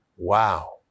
Wow